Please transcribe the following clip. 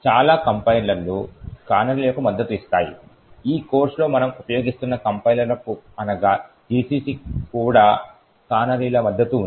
చాలా కంపైలర్లు కానరీలకు మద్దతు ఇస్తాయి ఈ కోర్సులో మనము ఉపయోగిస్తున్న కంపైలర్లకు అనగా GCC కూడా కానరీల మద్దతు ఉంది